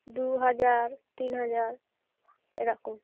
দু হাজার তিন হাজার এরকম